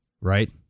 Right